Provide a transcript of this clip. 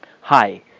Hi